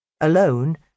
Alone